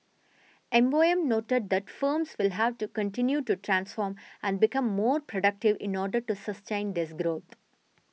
M O M noted that firms will have to continue to transform and become more productive in order to sustain this growth